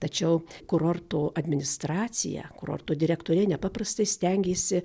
tačiau kurorto administracija kurorto direktorė nepaprastai stengėsi